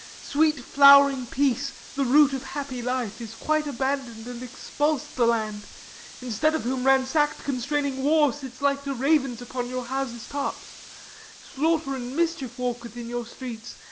sweet flowering peace, the root of happy life, is quite abandoned and expulst the land in stead of whom ransacked constraining war sits like to ravens upon your houses' tops slaughter and mischief walk within your streets,